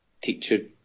teacher